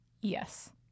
yes